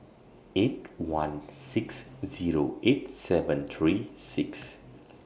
eight one six Zero eight seven three six